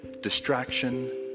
distraction